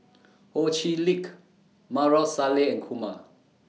Ho Chee Lick Maarof Salleh and Kumar